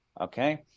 okay